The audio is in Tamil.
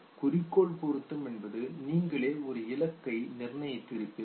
குறிக்கோள் பொருத்தம் என்பது நீங்களே ஒரு இலக்கை நிர்ணயித்து இருப்பீர்கள்